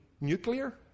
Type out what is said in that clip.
nuclear